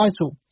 title